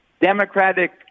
Democratic